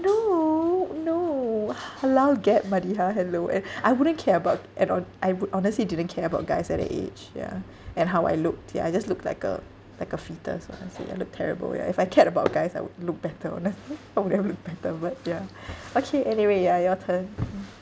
no no halal gap madihah hello and I wouldn't care about and on I would honestly didn't care about guys at that age yeah and how I looked ya I just look like a like a fetus ah I'd say I look terrible ya if I cared about guys I would look better honestly I would have looked better but yeah okay anyway ya your turn